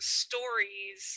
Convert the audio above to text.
stories